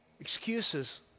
excuses